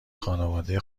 خانواده